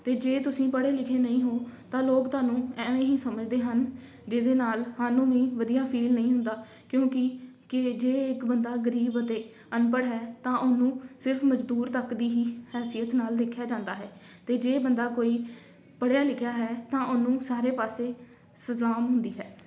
ਅਤੇ ਜੇ ਤੁਸੀਂ ਪੜ੍ਹੇ ਲਿਖੇ ਨਹੀਂ ਹੋ ਤਾਂ ਲੋਕ ਤੁਹਾਨੂੰ ਐਵੇਂ ਹੀ ਸਮਝਦੇ ਹਨ ਜਿਹਦੇ ਨਾਲ ਸਾਨੂੰ ਵੀ ਵਧੀਆ ਫੀਲ ਨਹੀਂ ਹੁੰਦਾ ਕਿਉਂਕਿ ਕਿ ਜੇ ਇੱਕ ਬੰਦਾ ਗਰੀਬ ਅਤੇ ਅਨਪੜ੍ਹ ਹੈ ਤਾਂ ਉਹਨੂੰ ਸਿਰਫ਼ ਮਜ਼ਦੂਰ ਤੱਕ ਦੀ ਹੀ ਹੈਸੀਅਤ ਨਾਲ ਦੇਖਿਆ ਜਾਂਦਾ ਹੈ ਅਤੇ ਜੇ ਬੰਦਾ ਕੋਈ ਪੜ੍ਹਿਆ ਲਿਖਿਆ ਹੈ ਤਾਂ ਉਹਨੂੰ ਸਾਰੇ ਪਾਸੇ ਸਲਾਮ ਹੁੰਦੀ ਹੈ